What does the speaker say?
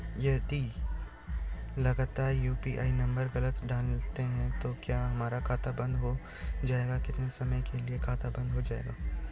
हम यदि लगातार यु.पी.आई नम्बर गलत डालते हैं तो क्या हमारा खाता बन्द हो जाएगा कितने समय के लिए खाता बन्द हो जाएगा?